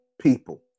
people